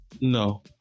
no